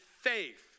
faith